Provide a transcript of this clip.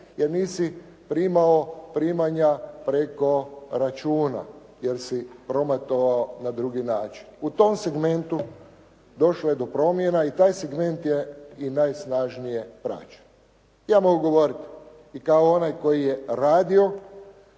jer nisi primao primanja preko računa, jer si prometovao na drugi način. U tom segmentu došlo je do promjena i taj segment je i najsnažnije praćen. Ja mogu govoriti i kao onaj koji je radio,